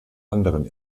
anderen